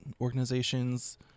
organizations